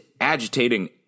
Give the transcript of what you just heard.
agitating